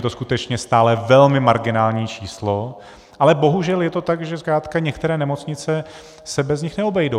Je to skutečně stále velmi marginální číslo, ale bohužel je to tak, že zkrátka některé nemocnice se bez nich neobejdou.